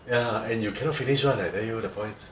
ya and you cannot finish [one] I tell you the points